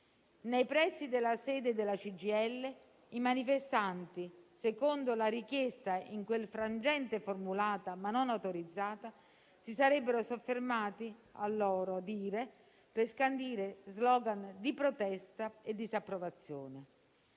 Nei pressi della sede della CGIL i manifestanti, secondo la richiesta in quel frangente formulata, ma non autorizzata, si sarebbero soffermati - a loro dire - per scandire slogan di protesta e disapprovazione.